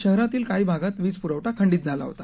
शहरातील काही भागांत वीजपुरवठा खंडित झाला होता